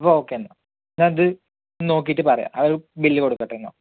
അപ്പോൾ ഓക്കേ എന്നാൽ ഞാനിത് നോക്കിയിട്ട് പറയാം ആ ഒരു ബില്ല് കൊടുക്കട്ടെ എന്നാൽ